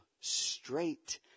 straight